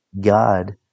God